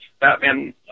Batman